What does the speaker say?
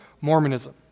Mormonism